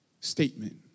statement